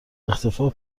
اختفاء